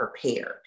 prepared